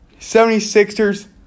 76ers